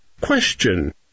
Question